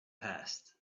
past